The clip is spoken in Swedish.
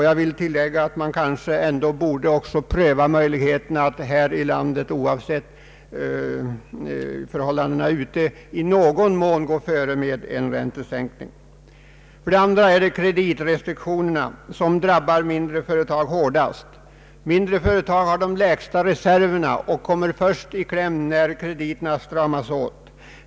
Jag vill tillägga att man kanske ändå bör pröva möjligheterna att här i landet oavsett förhållandena utomlands i någon mån gå före med en räntesänkning. För det andra är kreditrestriktionerna det stora bekymret. Dessa drabbar de mindre företagen hårdast. Mindre företag har de minsta reserverna och kommer först i kläm när krediterna stramas åt.